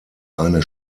eine